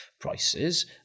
prices